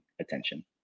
attention